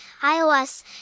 iOS